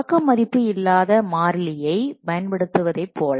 தொடக்க மதிப்பு இல்லாத மாறிலியை பயன்படுத்துவதைப் போல